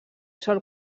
sol